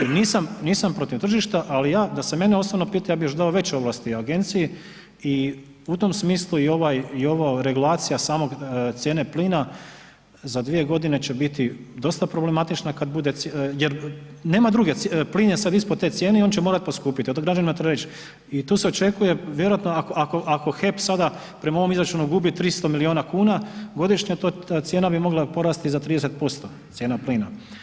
I nisam protiv tržišta, ali ja, da se mene osobno pita ja bi još dao veće ovlasti agenciji i u tom smislu i ovaj regulacija samog cijene plina za 2 godine će biti dosta problematična, jer nema druge, plin je sad ispod te cijene i on će morati poskupjeti, a to građanima treba reći i tu se očekuje vjerojatno ako HEP sada prema ovom izračunu gubi 300 miliona kuna godišnje ta cijena bi mogla porasti za 30%, cijena plina.